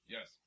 Yes